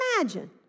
imagine